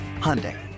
Hyundai